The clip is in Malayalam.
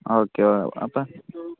ഓക്കെ അപ്പം